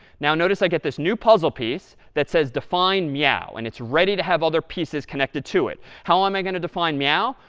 now notice i get this new puzzle piece that says define meow. and it's ready to have other pieces connected to it. how am i going to define meow?